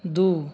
दू